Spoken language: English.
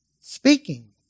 speaking